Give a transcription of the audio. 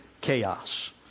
chaos